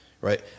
right